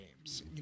games